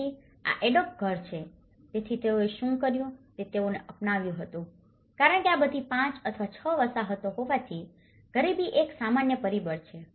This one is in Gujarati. તેથી આ એડોબ ઘર છે તેથી તેઓએ શું કર્યું તે તેઓએ અપનાવ્યું હતું કારણ કે આ બધી 5 અથવા 6 વસાહતો હોવાથી ગરીબી એક સામાન્ય પરિબળ છે